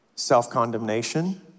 self-condemnation